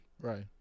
right